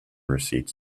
receipts